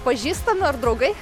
pažįstami ar draugai